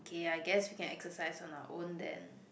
okay I guess we can exercise on our own then